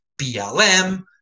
BLM